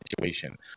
situation